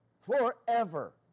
Forever